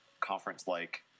conference-like